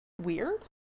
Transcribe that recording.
weird